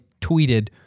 tweeted